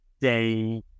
day